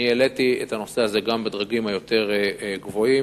העליתי את הנושא הזה גם בדרגים היותר גבוהים,